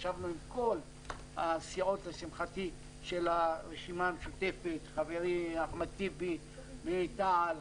ישבנו עם כל הסיעות של הרשימה המשותפת; חברי אחמד טיבי מתע"ל,